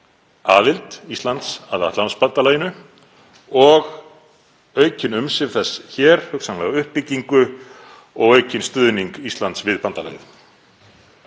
aðild Íslands að Atlantshafsbandalaginu og aukin umsvif þess hér, hugsanlega uppbyggingu og aukinn stuðning Íslands við bandalagið?